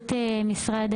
התייחסות משרד